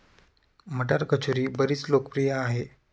मटार कचोरी बरीच लोकप्रिय आहे